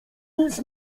nic